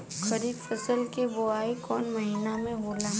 खरीफ फसल क बुवाई कौन महीना में होला?